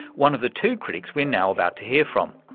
one of the two critics we're now about to hear from.